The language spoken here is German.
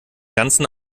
ganzen